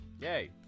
yay